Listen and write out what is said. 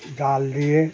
জাল দিয়ে